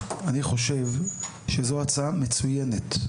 אני חושב שזו הצעה מצוינת.